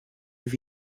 deux